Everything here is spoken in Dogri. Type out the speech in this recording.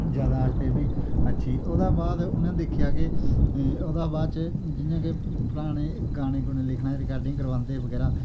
जादाश्त ऐ एह् बी अच्छी ओह्दे बाद उनै दिक्खेआ कि ओह्दे हा बाच जि'यां के पराने गाने गूने लिखना रिकार्डिंग करवांदे बगैरा